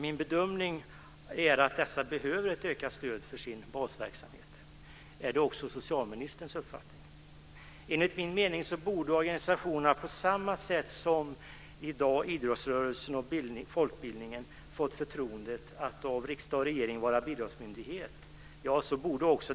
Min bedömning är att dessa behöver ett ökat stöd för sin basverksamhet. Är det också socialministerns uppfattning? Enligt min meningen borde organisationerna få förtroendet av riksdagen och regeringen att vara bidragsmyndighet på samma sätt som idrottsrörelsen och folkbildningen är i dag.